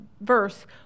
verse